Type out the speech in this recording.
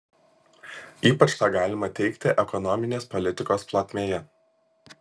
ypač tą galima teigti ekonominės politikos plotmėje